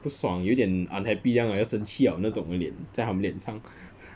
不爽有点 unhappy 这样的要生气了那种的脸在他们的脸